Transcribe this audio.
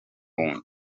ngo